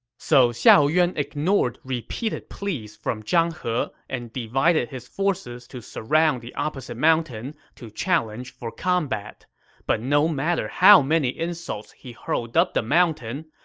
so xiahou yuan ignored repeated pleas from zhang he and divided his forces to surround the opposite mountain to challenge for combat. but no matter how many insults he hurled up the mountain,